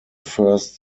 first